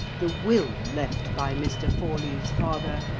the will left by mr. forley's father,